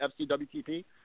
FCWTP